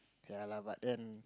ya lah but then